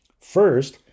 First